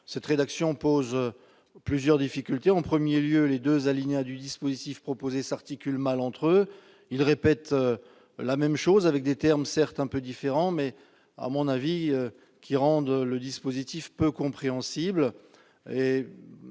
Cette rédaction pose plusieurs difficultés. En premier lieu, les deux alinéas du dispositif proposé s'articulent mal entre eux ; ils répètent la même chose, avec des termes un peu différents, ce qui rend le dispositif peu compréhensible.